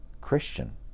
Christian